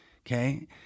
Okay